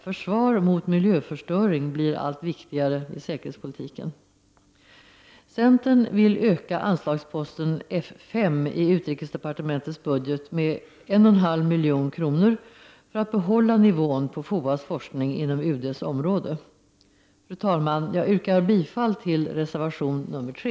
Försvar mot miljöförstöring blir allt viktigare i säkerhetspolitiken. Centern vill öka anslagsposten F 5 i utrikesdepartementets budget med 1,5 milj.kr. för att behålla nivån på FOAS forskning inom UDs område. Fru talman! Jag yrkar bifall till reservation nr 3.